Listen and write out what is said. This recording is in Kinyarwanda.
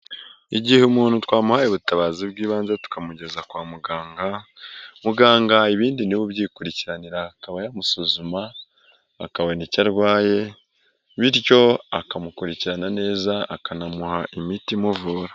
Igihe umuntu twamuhaye ubutabazi bw'ibanze tukamugeza kwa muganga, muganga ibindi niwe ubyikurikiranira akaba yamusuzuma akabona icyo arwaye, bityo akamukurikirana neza akanamuha imiti imuvura.